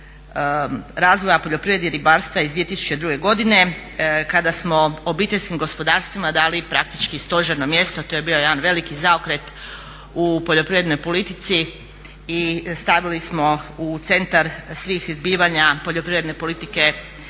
razvoja poljoprivrede i ribarstva iz 2002. godine kada smo obiteljskim gospodarstvima dali praktički stožerno mjesto. To je bio jedan veliki zaokret u poljoprivrednoj politici i stavili smo u centar svih zbivanja poljoprivredne politike